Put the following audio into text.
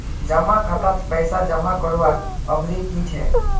जमा खातात पैसा जमा करवार अवधि की छे?